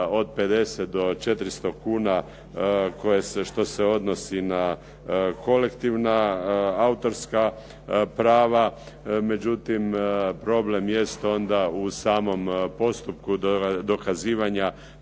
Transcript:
od 50 do 400 kuna što se odnosi na kolektivna, autorska prava, međutim problem jest onda u samom postupku dokazivanja